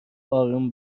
اروم